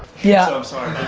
yeah. so i'm sorry